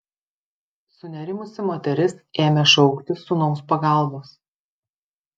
sunerimusi moteris ėmė šauktis sūnaus pagalbos